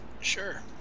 Sure